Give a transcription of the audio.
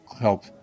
help